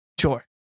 sure